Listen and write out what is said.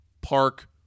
Park